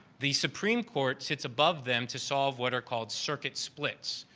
the supreme court sits above them to solve what are called circuit splits,